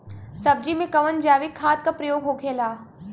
सब्जी में कवन जैविक खाद का प्रयोग होखेला?